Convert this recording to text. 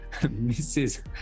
Mrs